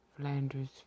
Flanders